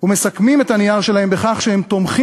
ומסכמים את הנייר שלהם בכך שהם תומכים